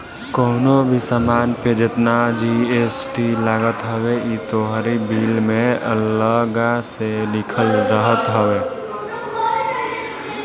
कवनो भी सामान पे जेतना जी.एस.टी लागत हवे इ तोहरी बिल में अलगा से लिखल रहत हवे